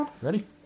Ready